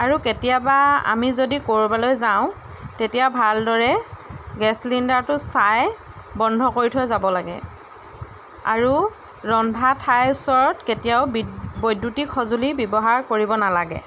আৰু কেতিয়াবা আমি যদি কৰবালৈ যাওঁ তেতিয়া ভালদৰে গেছ চিলিণ্ডাৰটো চাই বন্ধ কৰি থৈ যাব লাগে আৰু ৰন্ধা ঠাইৰ ওচৰত কেতিয়াও বিদ বৈদ্যুতিক সঁজুলি ব্যৱহাৰ কৰিব নালাগে